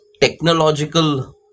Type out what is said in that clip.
technological